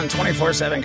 24-7